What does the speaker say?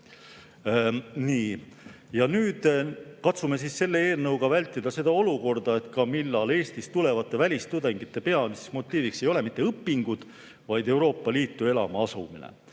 Me katsume selle eelnõuga vältida seda olukorda, et Eestisse tulevate välistudengite peamiseks motiiviks ei ole mitte õpingud, vaid Euroopa Liitu elama asumine.